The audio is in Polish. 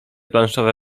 planszowe